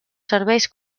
serveis